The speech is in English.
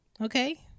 okay